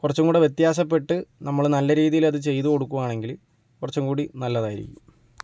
കുറച്ചും കൂടെ വ്യത്യാസപ്പെട്ട് നമ്മള് നല്ല രീതിയിൽ അത് ചെയ്തു കൊടുക്കുക ആണെങ്കിൽ കുറച്ചും കൂടി നല്ലതായിരിക്കു